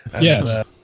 Yes